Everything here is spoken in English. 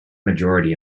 majority